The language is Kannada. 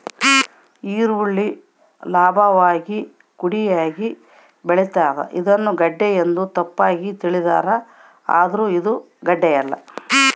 ಈರುಳ್ಳಿ ಲಂಭವಾಗಿ ಕುಡಿಯಾಗಿ ಬೆಳಿತಾದ ಇದನ್ನ ಗೆಡ್ಡೆ ಎಂದು ತಪ್ಪಾಗಿ ತಿಳಿದಾರ ಆದ್ರೆ ಇದು ಗಡ್ಡೆಯಲ್ಲ